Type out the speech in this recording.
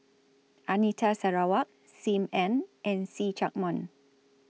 Anita Sarawak SIM Ann and See Chak Mun